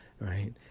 right